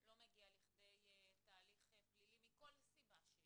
לא מגיע לידי תהליך פלילי מכל סיבה שהיא,